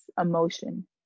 emotion